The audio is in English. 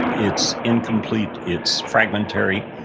it's incomplete. it's fragmentary.